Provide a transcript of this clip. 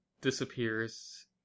disappears